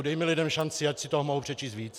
Dejme lidem šanci, ať si toho mohou přečíst víc.